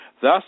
Thus